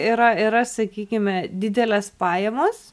yra yra sakykime didelės pajamos